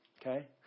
Okay